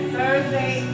Thursday